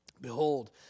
Behold